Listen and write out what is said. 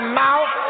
mouth